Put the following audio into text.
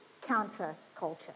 counterculture